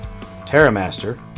Terramaster